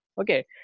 Okay